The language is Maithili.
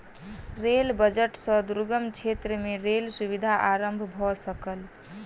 रेल बजट सॅ दुर्गम क्षेत्र में रेल सुविधा आरम्भ भ सकल